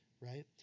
Right